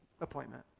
appointment